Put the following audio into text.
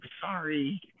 sorry